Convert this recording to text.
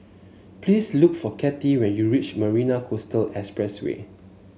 please look for Kattie when you reach Marina Coastal Expressway